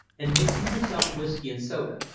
and mixing himself a whisky and soda,